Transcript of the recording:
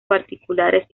particulares